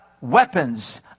weapons